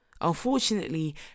Unfortunately